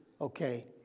okay